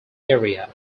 area